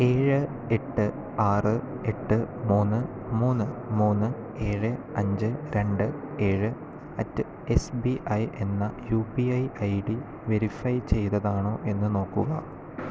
എഴ് എട്ട് ആറ് എട്ട് മൂന്ന് മൂന്ന് മൂന്ന് ഏഴ് അഞ്ച് രണ്ട് ഏഴ് അറ്റ് എസ് ബി ഐ എന്ന U P I I D verify ചെയ്തതാണോ എന്ന് നോക്കുക